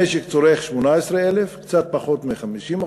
המשק צורך 18,000, קצת פחות מ-50%,